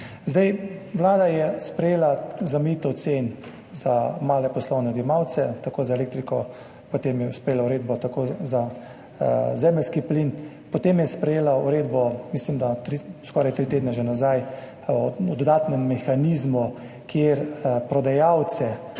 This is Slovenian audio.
cene. Vlada je sprejela zamejitev cen za male poslovne odjemalce, tako za elektriko, potem je sprejela uredbo za zemeljski plin, potem je sprejela uredbo, mislim da že skoraj tri tedne nazaj, o dodatnem mehanizmu, kjer slovenske